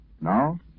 Now